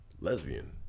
lesbian